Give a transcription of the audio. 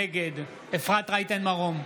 נגד אפרת רייטן מרום,